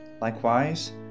Likewise